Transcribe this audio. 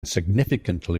significantly